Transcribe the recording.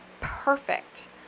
perfect